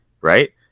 right